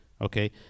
Okay